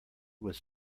was